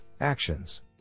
actions